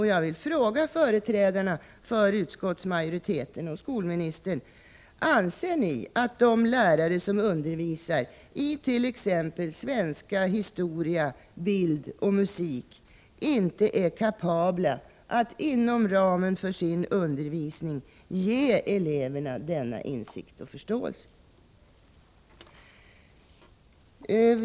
Jag vill fråga företrädarna för utskottsmajoriteten och skolministern: Anser ni att de lärare som undervisar it.ex. svenska, historia, bild och musik inte är kapabla att inom ramen för sin undervisning ge eleverna denna insikt och förståelse?